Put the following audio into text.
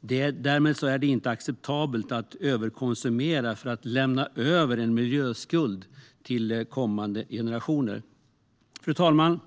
dem. Därmed är det inte acceptabelt att överkonsumera för att lämna över en miljöskuld till kommande generationer. Fru talman!